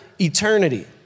eternity